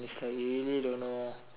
it's like you really don't know